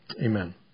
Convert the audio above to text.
Amen